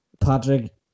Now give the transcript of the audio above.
Patrick